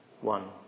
one